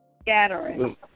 scattering